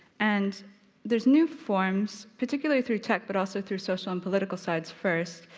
and there's new forms, particularly through tech but also through social and political sides first,